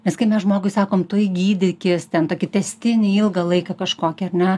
nes kai mes žmogui sakom tu eik gydykis ten tokį tęstinį ilgą laiką kažkokį ane